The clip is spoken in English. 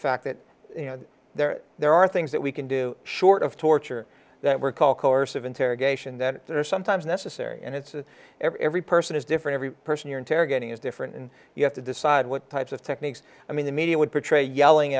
fact that you know there there are things that we can do short of torture that were called coercive interrogation that are sometimes necessary and it's every person is different every person you're interrogating is different and you have to decide what types of techniques i mean the media would portray yelling